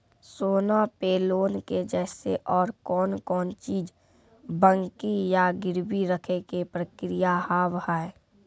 सोना पे लोन के जैसे और कौन कौन चीज बंकी या गिरवी रखे के प्रक्रिया हाव हाय?